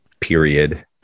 period